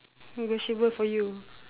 negotiable for you